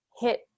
hit